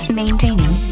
maintaining